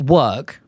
work